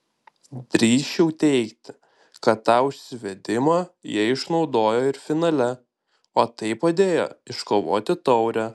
drįsčiau teigti kad tą užsivedimą jie išnaudojo ir finale o tai padėjo iškovoti taurę